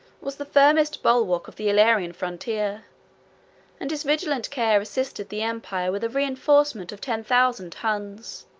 was the firmest bulwark of the illyrian frontier and his vigilant care assisted the empire with a reenforcement of ten thousand huns,